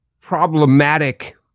problematic